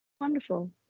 wonderful